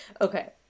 Okay